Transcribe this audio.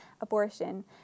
abortion